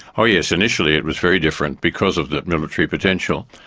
oh yes, initially it was very different because of the military potential.